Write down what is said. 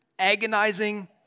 agonizing